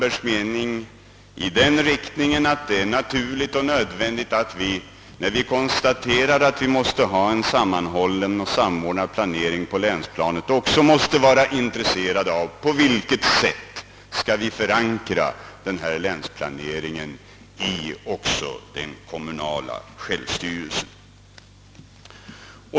Jag delar emellertid herr Lundbergs uppfattning, att det är naturligt och nödvändigt att vi, samtidigt som vi konstaterar behovet av en sammanhållen och samordnad planering på länsplanet, också måste vara intresserade av frågan på vilket sätt denna länsplanering skall kunna förankras i den kommunala självstyrelsen.